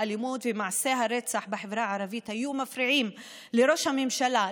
האלימות ומעשי הרצח בחברה הערבית היו מפריעים לראש הממשלה,